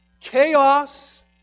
Chaos